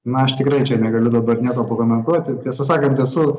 na aš tikrai čia negaliu dabar nieko pakomentuoti tiesą sakant esu